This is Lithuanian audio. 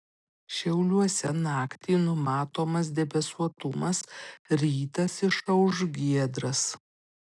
šiauliuose naktį numatomas debesuotumas rytas išauš giedras